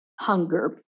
hunger